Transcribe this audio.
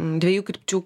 dviejų krypčių